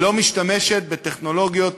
ולא משתמשת בטכנולוגיות